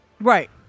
Right